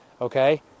okay